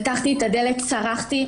פתחתי את הדלת וצרחתי.